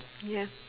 ya